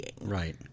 Right